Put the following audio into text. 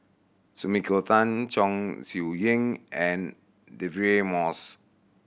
Sumiko Tan Chong Siew Ying and Deirdre Moss